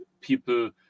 people